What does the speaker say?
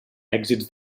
èxits